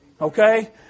Okay